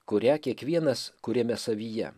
kurią kiekvienas kuriame savyje